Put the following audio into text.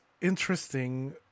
interesting